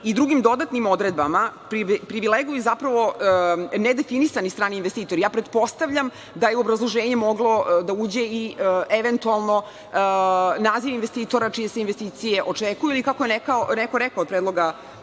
i drugim dodatnim odredbama privilegiju zapravo nedefinisani strani investitori. Pretpostavljam da je u obrazloženje moglo da uđe i eventualno naziv investitora čije se investicije očekuju i kako je neko rekao od predlagača,